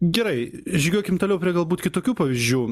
gerai žygiuokim toliau prie galbūt kitokių pavyzdžių